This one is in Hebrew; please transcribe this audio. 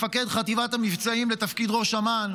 מפקד חטיבת המבצעים לתפקיד ראש אמ"ן,